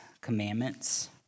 commandments